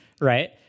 right